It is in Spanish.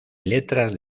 letras